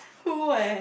who eh